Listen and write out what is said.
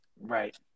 Right